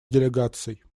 делегаций